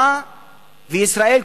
וישראל,